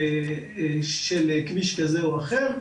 של כביש כזה או אחר,